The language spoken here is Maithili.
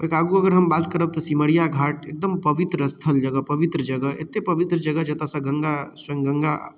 ओहिके आगू अगर हम बात करब तऽ सिमरिया घाट एकदम पवित्र स्थल जगह पवित्र जगह एते पवित्र जगह जतऽ सँ गङ्गा स्वयं गङ्गा